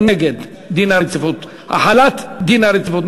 הוא נגד החלת דין הרציפות.